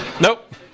Nope